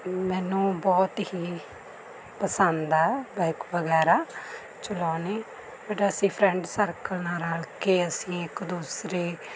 ਮੈਨੂੰ ਬਹੁਤ ਹੀ ਪਸੰਦ ਆ ਬਾਇਕ ਵਗੈਰਾ ਚਲਾਉਣੀ ਬਟ ਅਸੀਂ ਫਰੈਂਡ ਸਰਕਲ ਨਾਲ ਰਲ ਕੇ ਅਸੀਂ ਇੱਕ ਦੂਸਰੇ